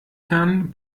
herrn